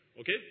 Okay